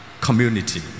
community